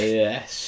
yes